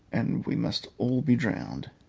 and we must all be drowned.